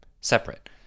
separate